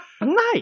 Nice